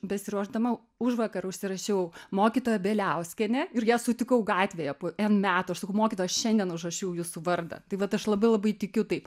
besiruošdama užvakar užsirašiau mokytoja bieliauskienė ir ją sutikau gatvėje po metų aš sakau mokytoja aš šiandien užrašiau jūsų vardą tai vat aš labai labai tikiu taip